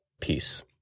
peace